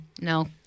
no